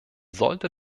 sollte